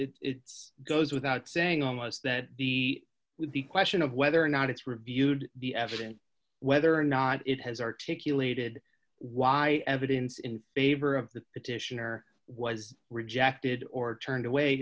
it's goes without saying on was that the with the question of whether or not it's reviewed the evidence whether or not it has articulated why evidence in favor of the petitioner was rejected or turned away